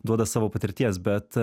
duoda savo patirties bet